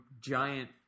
giant